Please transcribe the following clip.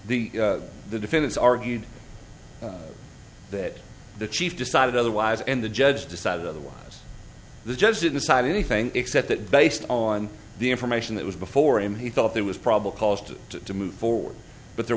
the the defendants argued that the chief decided otherwise and the judge decided otherwise the judge didn't cite anything except that based on the information that was before him he thought there was probable cause to to move forward but there